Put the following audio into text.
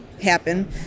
happen